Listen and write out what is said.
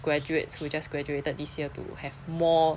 graduates who just graduated this year to have more